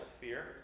fear